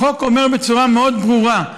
החוק אומר בצורה מאוד ברורה: